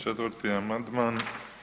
4. amandman.